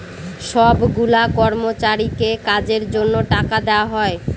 সব গুলা কর্মচারীকে কাজের জন্য টাকা দেওয়া হয়